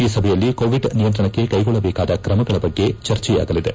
ಈ ಸಭೆಯಲ್ಲಿ ಕೋವಿಡ್ ನಿಯಂತ್ರಣಕ್ಕೆ ಕೈಗೊಳ್ಳಬೇಕಾದ ಕ್ರಮಗಳ ಬಗ್ಗೆ ಚರ್ಚೆಯಾಗಲಿದೆ